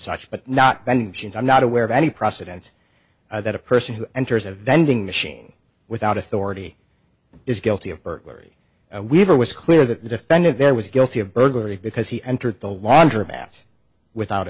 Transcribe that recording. such but not mentioned i'm not aware of any precedent that a person who enters a vending machine without authority is guilty of burglary weaver was clear that the defendant there was guilty of burglary because he entered the laundromat without